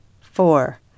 four